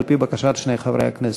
על-פי בקשת שני חברי הכנסת.